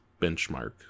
benchmark